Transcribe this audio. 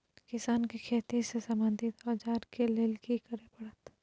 किसान के खेती से संबंधित औजार के लेल की करय परत?